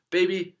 Baby